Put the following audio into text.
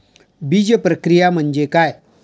बीजप्रक्रिया म्हणजे काय?